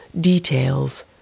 details